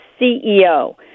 CEO